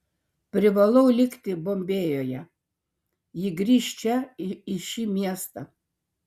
privalau likti bombėjuje ji grįš čia į šį miestą